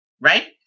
right